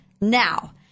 Now